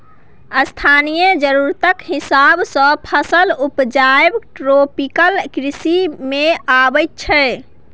स्थानीय जरुरतक हिसाब सँ फसल उपजाएब ट्रोपिकल कृषि मे अबैत छै